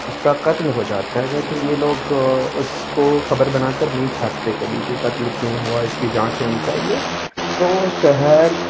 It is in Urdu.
اس کا قتل ہو جاتا ہے تو یہ لوگ اس کو خبر بنا کر نہیں چھاپتے کبھی کہ قتل کیوں ہوا اس کی چانچ ہونی چاہیے تو شہر